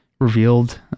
revealed